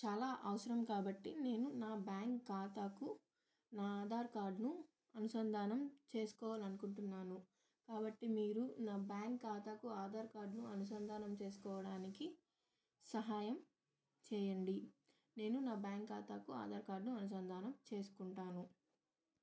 చాలా అవసరం కాబట్టి నేను నా బ్యాంక్ ఖాతాకు నా ఆధార్ కార్డ్ను అనుసంధానం చేసుకోవాలి అనుకుంటున్నాను కాబట్టి మీరు నా బ్యాంక్ ఖాతాకు ఆధార్ కార్డ్ను అనుసంధానం చేసుకోవడానికి సహాయం చేయండి నేను నా బ్యాంక్ ఖాతాకు ఆధార్ కార్డ్ను అనుసంధానం చేసుకుంటాను